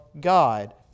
God